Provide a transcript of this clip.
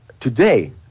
today